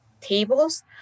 tables